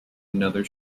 another